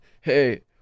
hey